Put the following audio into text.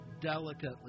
delicately